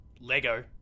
Lego